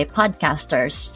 podcasters